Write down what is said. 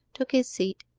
took his seat,